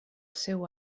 seu